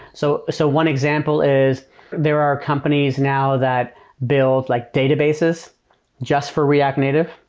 so so one example is there are companies now that build like databases just for react native.